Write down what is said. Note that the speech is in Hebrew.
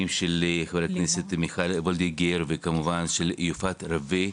של חברת הכנסת מיכל וולדיגר וכמובן של יפעת רווה,